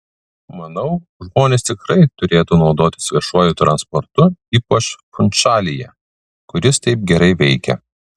manau žmonės tikrai turėtų naudotis viešuoju transportu ypač funšalyje kur jis taip gerai veikia